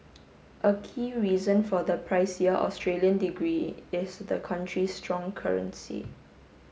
a key reason for the pricier Australian degree is the country's strong currency